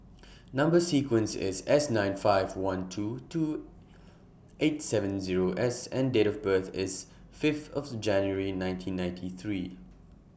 Number sequence IS S nine five one two two eight seven Zero S and Date of birth IS Fifth of January nineteen ninety three